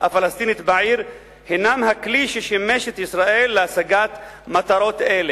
הפלסטינית בעיר הן הכלי ששימש את ישראל להשגת מטרות אלה.